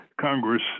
Congress